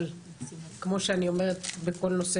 אבל כמו שאני אומרת בכל נושא,